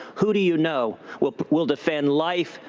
who do you know will but will defend life,